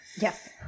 Yes